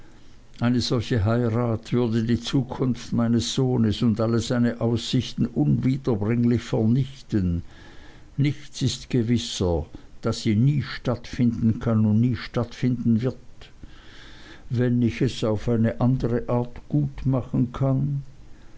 eine solche heirat würde die zukunft meines sohnes und alle seine aussichten unwiederbringlich vernichten nichts ist gewisser daß sie nie stattfinden kann und nie stattfinden wird wenn ich es auf eine andre art gut machen kann